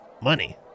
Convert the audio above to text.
Money